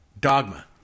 Dogma